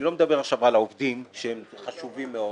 אני לא מדבר עכשיו על העובדים שהם חשובים מאוד,